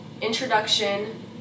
introduction